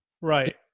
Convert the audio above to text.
right